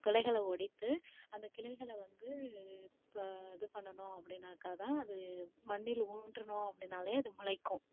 கிளைகளை ஒடித்து அந்த கிளைகளை வந்து இப்போ இது பண்ணனோம் அப்படினாக்கா தான் அது மண்ணில் ஊன்றினோம் அப்படினாலே அது முளைக்கும்